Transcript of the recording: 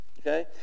okay